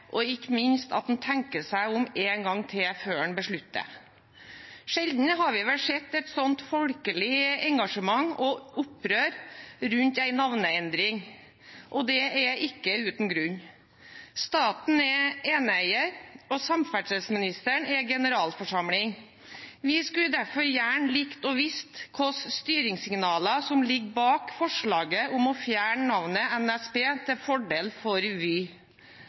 og ikke minst at en tenker seg om én gang til før en beslutter. Sjelden har vi vel sett et sånt folkelig engasjement og opprør rundt en navneendring. Det er ikke uten grunn. Staten er eneeier, og samferdselsministeren er generalforsamling. Vi skulle derfor gjerne likt å vite hvilke styringssignaler som ligger bak forslaget om å fjerne navnet NSB til fordel for Vy. Det er historieløst. Vi